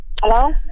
Hello